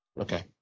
Okay